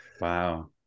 wow